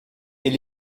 est